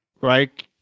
Right